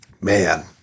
man